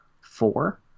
four